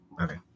Okay